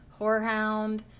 Whorehound